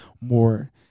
more